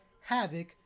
Havoc